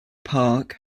park